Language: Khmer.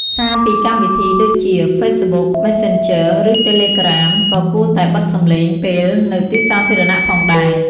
សារពីកម្មវិធីដូចជា ហ្វេសបុក (Facebook) មេសសេនជឺ (Messanger) ឬ តេលេក្រាម (Telagram) ក៏គួរតែបិទសំឡេងពេលនៅទីសាធារណៈផងដែរ។